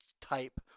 type